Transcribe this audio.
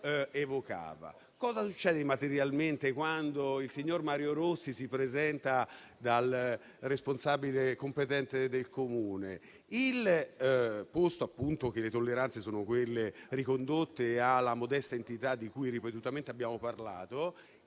evocava. Cosa succede materialmente quando il signor Mario Rossi si presenta dal responsabile competente del Comune? Posto che le tolleranze sono quelle ricondotte alla modesta entità di cui ripetutamente abbiamo parlato,